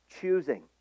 choosing